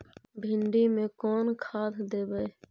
भिंडी में कोन खाद देबै?